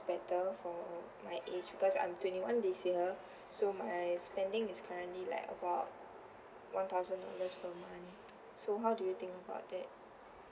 better for my age because I'm twenty one this year so my spending is currently like about one thousand dollars per month so how do you think about that